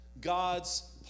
God's